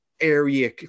area